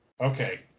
Okay